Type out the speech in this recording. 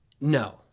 No